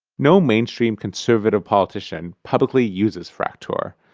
no mainstream conservative politician publicly uses fraktur,